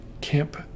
Camp